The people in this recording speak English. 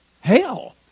Hell